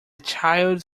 child